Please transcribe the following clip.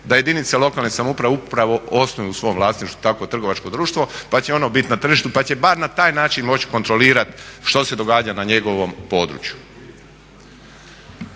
da jedinice lokalne samouprave upravo osnuju u svom vlasništvu takvo trgovačko društvo pa će ono bit na tržištu pa će bar na taj način moći kontrolirati što se događa na njegovom području.